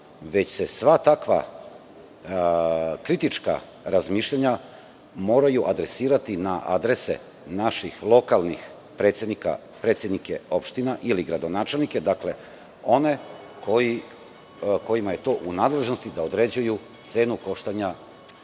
već se sva takva kritička razmišljanja moraju adresirati na adrese naših lokalnih predsednika, predsednika lokalnih samouprava i gradonačelnike, one kojima je to u nadležnosti da određuju cenu koštanja